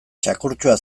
txakurtxoa